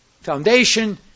foundation